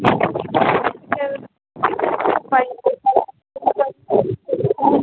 हँ पुरा पतझड़ जकाँ पुरा पत्ता सभ झड़ि रहल छै